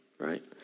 right